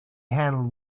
handle